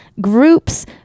groups